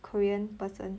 korean person